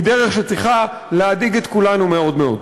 היא דרך שצריכה להדאיג את כולנו מאוד מאוד.